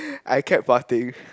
I kept farting